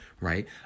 right